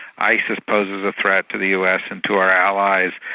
isis poses a threat to the us and to our allies,